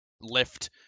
lift